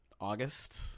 August